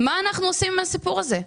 מה אנחנו עושים עם הסיפור הזה,